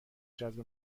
جذب